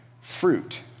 fruit